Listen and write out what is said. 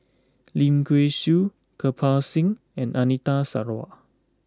Lim Kay Siu Kirpal Singh and Anita Sarawak